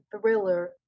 thriller